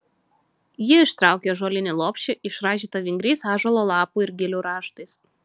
ji ištraukė ąžuolinį lopšį išraižytą vingriais ąžuolo lapų ir gilių raštais